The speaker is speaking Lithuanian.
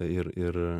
ir ir